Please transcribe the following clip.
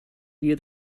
view